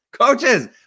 coaches